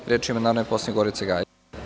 Reč ima narodna poslanica Gorica Gajić.